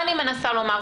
אני מנסה לומר,